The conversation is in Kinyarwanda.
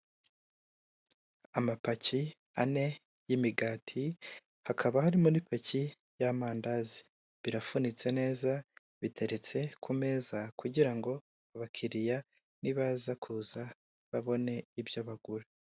Amapaki ane y'imigati hakaba harimo n'ipaki y'amandazi birafunitse neza biteretse ku meza kugirango abakiriya nibaza kuza babone ibyo bagura.